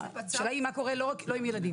השאלה מה קורה לא רק עם ילדים.